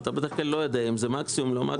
אתה בדרך לא יודע אם זה מקסימום או לא מקסימום.